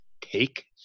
take